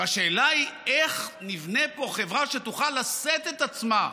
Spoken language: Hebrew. והשאלה היא איך נבנה פה חברה שתוכל לשאת את עצמה.